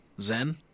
Zen